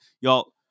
y'all